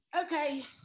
Okay